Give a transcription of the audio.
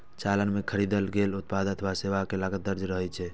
चालान मे खरीदल गेल उत्पाद अथवा सेवा के लागत दर्ज रहै छै